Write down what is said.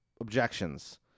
objections